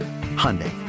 Hyundai